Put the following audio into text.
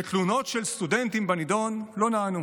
ותלונות של סטודנטים בנדון לא נענו,